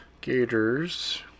Gators